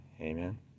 Amen